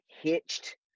hitched